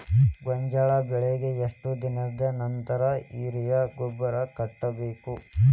ಗೋಂಜಾಳ ಬೆಳೆಗೆ ಎಷ್ಟ್ ದಿನದ ನಂತರ ಯೂರಿಯಾ ಗೊಬ್ಬರ ಕಟ್ಟಬೇಕ?